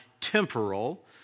temporal